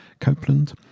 Copeland